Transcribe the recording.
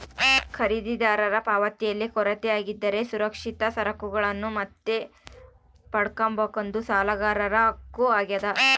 ಖರೀದಿದಾರರ ಪಾವತಿಯಲ್ಲಿ ಕೊರತೆ ಆಗಿದ್ದರೆ ಸುರಕ್ಷಿತ ಸರಕುಗಳನ್ನು ಮತ್ತೆ ಪಡ್ಕಂಬದು ಸಾಲಗಾರರ ಹಕ್ಕು ಆಗ್ಯಾದ